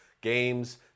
games